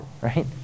right